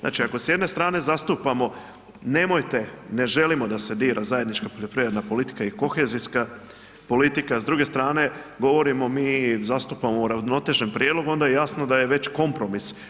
Znači ako s jedne strane zastupamo nemojte, ne želimo da se dira zajednička poljoprivredna politika i kohezijska politika s druge strane govorimo mi zastupamo uravnotežen prijedlog onda je jasno da je već kompromis.